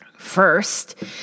first